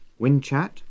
Winchat